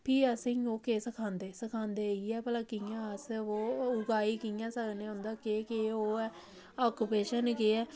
फ्ही असें गी ओह् केह् सखांदे सखांदे इ'यै भला कि'यां अस ओह् उगाई कि'यां सकनें उं'दा केह् केह् ओह् ऐ आक्युपेशन केह् ऐ